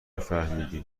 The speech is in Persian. فهمیدم